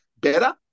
better